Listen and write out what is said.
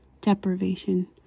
Deprivation